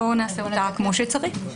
בואו נעשה אותה כמו שצריך.